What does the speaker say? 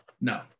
No